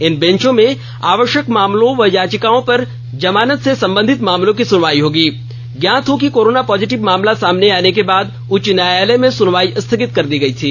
इन बेंचों में आवश्यक मामलों व याचिकाओं तथा जमानत से संबंधित मामलों की सुनवाई होगी ज्ञात हो कि कोरोना पॉजिटिव मामला सामने आने के बाद उच्च न्यायायल में सुनवाई स्थगित कर दी गई थी